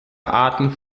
arten